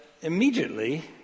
immediately